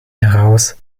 heraus